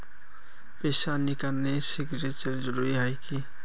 पैसा निकालने सिग्नेचर जरुरी है की?